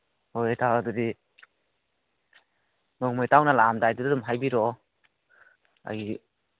ꯍꯣꯏ ꯏꯇꯥꯎ ꯑꯗꯨꯗꯤ ꯅꯣꯡꯃ ꯏꯇꯥꯎꯅ ꯂꯥꯛꯑꯝꯗꯥꯏꯗꯨꯗ ꯑꯗꯨꯝ ꯍꯥꯏꯕꯤꯔꯛꯑꯣ ꯑꯩ